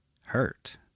hurt